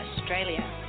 Australia